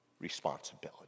responsibility